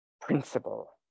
principle